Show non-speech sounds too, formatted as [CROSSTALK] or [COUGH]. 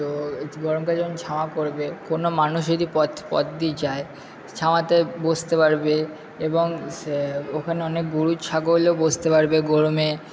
তো গরমকালে যখন ছায়া করবে কোনো মানুষ যদি পথ পথ দিয়ে যায় ছায়াতে বসতে পারবে এবং [UNINTELLIGIBLE] ওখানে অনেক গরু ছাগলও বসতে পারবে গরমে